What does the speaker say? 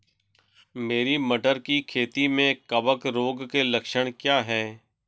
मेरी मटर की खेती में कवक रोग के लक्षण क्या हैं?